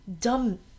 dumb